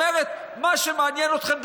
כלומר מה שמעניין אתכם,